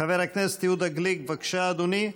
חבר הכנסת יהודה גליק, בבקשה, אדוני.